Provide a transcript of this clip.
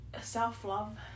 self-love